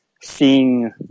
seeing